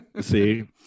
See